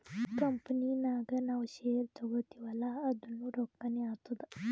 company ನಾಗ್ ನಾವ್ share ತಗೋತಿವ್ ಅಲ್ಲಾ ಅದುನೂ ರೊಕ್ಕಾನೆ ಆತ್ತುದ್